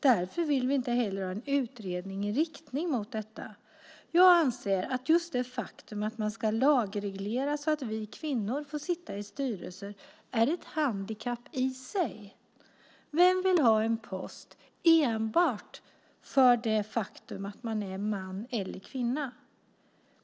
Därför vill vi inte heller ha en utredning i riktning mot detta. Jag anser att det faktum att man ska lagreglera så att just vi kvinnor får sitta i styrelser är ett handikapp i sig. Vem vill ha en post enbart för det faktum att man är man eller kvinna?